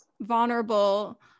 vulnerable